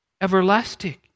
everlasting